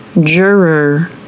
juror